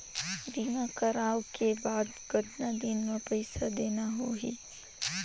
बीमा करवाओ के बाद कतना दिन मे पइसा देना हो ही?